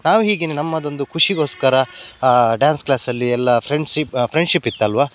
ನಾವು ಹೀಗೇ ನಮ್ಮದೊಂದು ಖುಷಿಗೋಸ್ಕರ ಡ್ಯಾನ್ಸ್ ಕ್ಲಾಸಲ್ಲಿ ಎಲ್ಲ ಫ್ರೆಂಡ್ಶಿಪ್ ಫ್ರೆಂಡ್ಶಿಪ್ ಇತ್ತಲ್ಲವ